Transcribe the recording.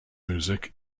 music